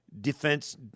Defense